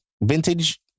vintage